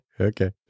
okay